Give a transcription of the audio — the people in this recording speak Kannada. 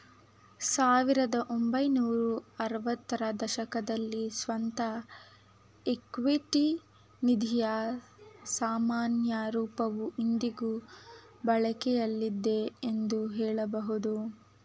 ಸಾವಿರದ ಒಂಬೈನೂರ ಆರವತ್ತ ರ ದಶಕದಲ್ಲಿ ಸ್ವಂತ ಇಕ್ವಿಟಿ ನಿಧಿಯ ಸಾಮಾನ್ಯ ರೂಪವು ಇಂದಿಗೂ ಬಳಕೆಯಲ್ಲಿದೆ ಎಂದು ಹೇಳಬಹುದು